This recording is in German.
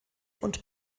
und